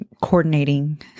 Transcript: coordinating